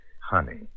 Honey